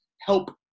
help